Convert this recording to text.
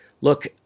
look